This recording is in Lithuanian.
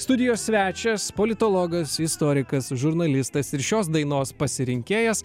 studijos svečias politologas istorikas žurnalistas ir šios dainos pasirinkėjas